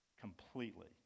completely